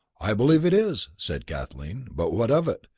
i believe it is, said kathleen, but what of it?